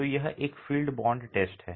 तो यह एक फील्ड बॉन्ड टेस्ट है